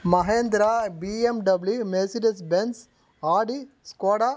Mahindra BMW Mercedes Benz Audi ஸ்குவாடா